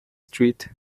street